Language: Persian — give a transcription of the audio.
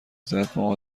زدما